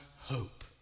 hope